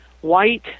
white